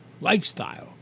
lifestyle